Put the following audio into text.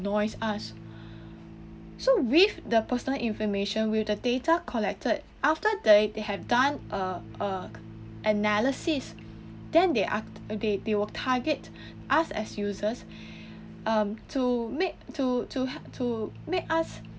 noise us so with the personal information with the data collected after that they have done err err analysis then they act they they will target us as users um to make to to hav~ to make us